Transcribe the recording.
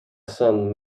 son